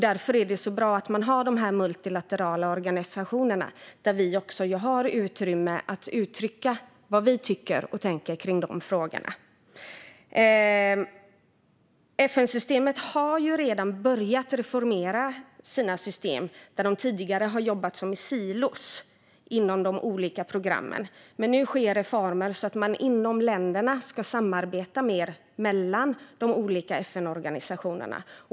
Därför är det bra att man har de multilaterala organisationerna, där vi också har utrymme att uttrycka vad vi tycker och tänker kring de frågorna. FN-systemet har ju redan börjat reformeras. Tidigare har man jobbat som i silor inom de olika programmen. Men nu sker reformer så att man inom länderna ska samarbeta mer mellan de olika FN-organisationerna.